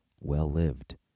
well-lived